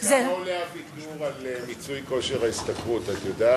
כמה עולה הוויתור על מיצוי כושר ההשתכרות את יודעת?